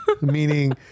Meaning